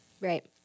Right